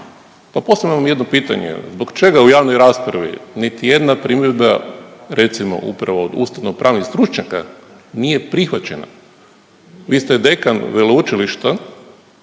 Pa postavljam jedno pitanje, zbog čega u javnoj raspravi niti jedna primjedba, recimo upravo od ustavnopravnih stručnjaka nije prihvaćena? Vi ste dekan veleučilišta